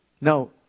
no